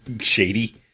shady